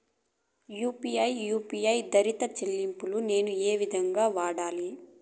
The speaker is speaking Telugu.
యు.పి.ఐ యు పి ఐ ఆధారిత చెల్లింపులు నేను ఏ విధంగా వాడాలి?